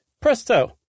Presto